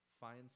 find